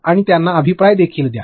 आणि त्यांना अभिप्राय देखील द्या